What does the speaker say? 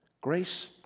Grace